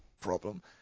problem